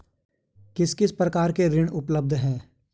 किस किस प्रकार के ऋण उपलब्ध हैं?